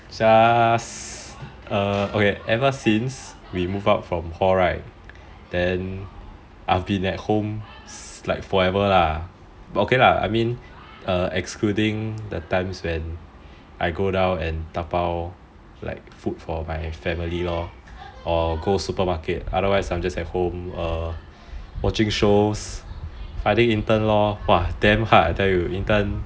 just err okay ever since we move out from hall right then I've been at home like forever lah but okay lah I mean err excluding the times when I go down and dabao like food for my family lor or go supermarket other wise I'm just at home err watching shows finding intern lor !wah! damn hard I tell you intern